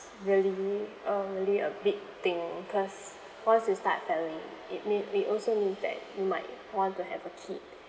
really uh really a big thing cause once you start a family it mean it also means that you might want to have a kid